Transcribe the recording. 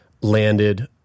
landed